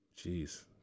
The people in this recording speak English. jeez